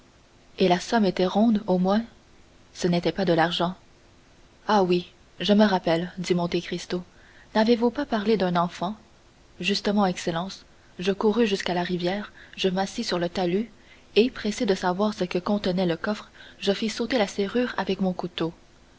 et la somme était ronde au moins ce n'était pas de l'argent ah oui je me rappelle dit monte cristo n'avez-vous pas parlé d'un enfant justement excellence je courus jusqu'à la rivière je m'assis sur le talus et pressé de savoir ce que contenait le coffre je fis sauter la serrure avec mon couteau